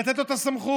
לתת לו את הסמכות.